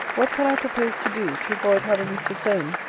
what can i propose to do, to avoid having mr. solmes,